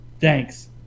Thanks